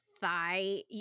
thigh